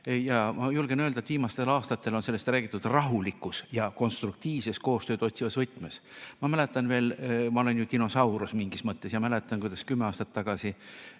Ma julgen öelda, et viimastel aastatel on sellest räägitud rahulikus ja konstruktiivses, koostööd otsivas võtmes. Ma olen ju mingis mõttes dinosaurus ja mäletan, kuidas kümme aastat tagasi